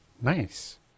Nice